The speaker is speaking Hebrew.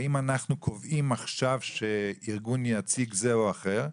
האם אנחנו קובעים עכשיו שארגון יציג זה או אחר,